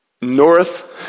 north